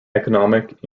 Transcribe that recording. economic